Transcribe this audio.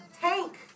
Tank